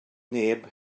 neb